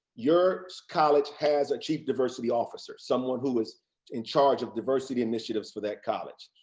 your college has a chief diversity officer, someone who is in charge of diversity initiatives for that college.